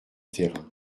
terrain